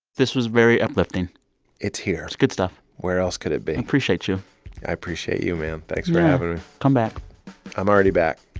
this was very uplifting it's here it's good stuff where else could it be? i appreciate you i appreciate you, man. thanks for having me yeah. come back i'm already back.